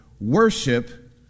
Worship